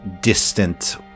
distant